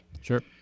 Sure